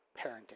parenting